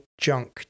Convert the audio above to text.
junk